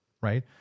right